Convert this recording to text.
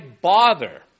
bother